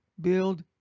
build